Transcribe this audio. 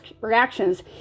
reactions